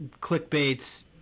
clickbaits